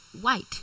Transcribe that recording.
white